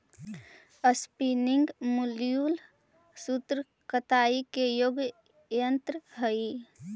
spinning mule सूत कताई के एगो यन्त्र हई